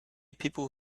people